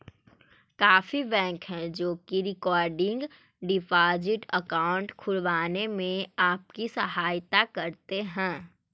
काफी बैंक हैं जो की रिकरिंग डिपॉजिट अकाउंट खुलवाने में आपकी सहायता करते हैं